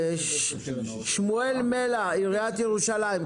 שמואל מהלה, עיריית ירושלים.